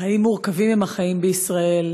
חיים מורכבים הם החיים בישראל,